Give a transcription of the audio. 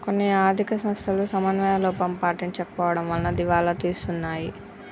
కొన్ని ఆర్ధిక సంస్థలు సమన్వయ లోపం పాటించకపోవడం వలన దివాలా తీస్తున్నాయి